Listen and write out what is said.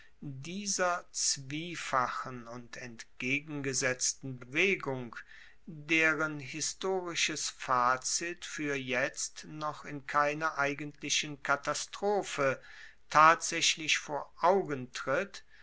dieser zwiefachen und entgegengesetzten bewegung deren historisches fazit fuer jetzt noch in keiner eigentlichen katastrophe tatsaechlich vor augen tritt